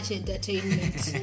entertainment